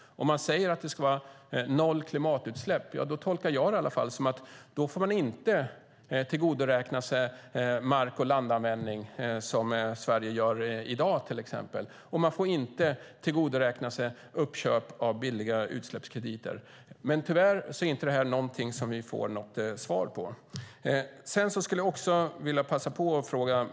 Om man säger att det ska vara "noll klimatutsläpp" tolkar jag det som att man inte får tillgodoräkna sig mark och landanvändning, som Sverige gör i dag, och inte heller tillgodoräkna sig uppköp av billiga utsläppskrediter. Tyvärr får vi inte något svar på detta.